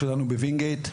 בוינגייט,